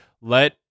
let